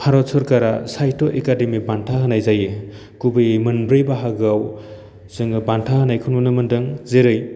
भारत सरकारा साहित्य एकादेमि बान्था होनाय जायो गुबैयै मोनब्रै बाहागोयाव जोङो बान्था होनायखौ नुनो मोन्दों जेरै